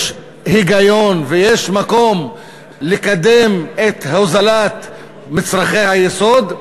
יש היגיון ויש מקום לקדם את הוזלת מצרכי היסוד.